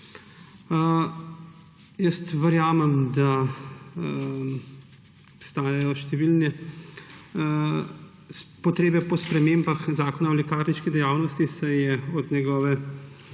Jaz verjamem, da obstajajo številne potrebe po spremembah Zakona o lekarniški dejavnosti, saj je od njegove